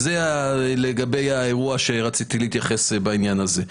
זה לגבי האירוע, שרציתי להתייחס בעניין הזה.